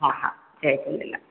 हा हा जय झूलेलाल